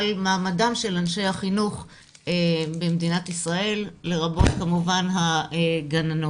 דיון על מעמדם של אנשי החינוך במדינת ישראל לרבות כמובן הגננות.